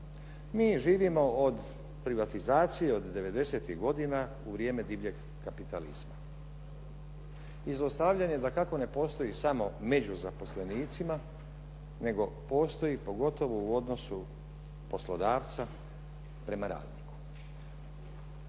Mi živimo od privatizacije od devedesetih godina u vrijeme divljeg kapitalizma. I zlostavljanje dakako ne postoji samo među zaposlenicima nego postoji pogotovo u odnosu poslodavca prema radniku.